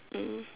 mm